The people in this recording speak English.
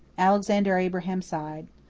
alexander abraham sighed.